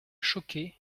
choqué